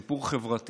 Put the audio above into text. הוא סיפור חברתי,